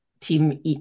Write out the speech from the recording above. Team